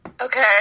okay